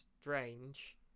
Strange